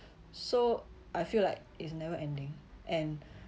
so I feel like it's never ending and